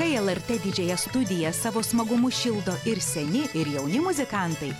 tai lrt didžiąją studiją savo smagumu šildo ir seni ir jauni muzikantai